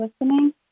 listening